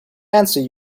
answer